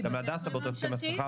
גם הדסה באותו הסכם שכר.